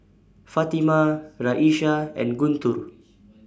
Fatimah Raisya and Guntur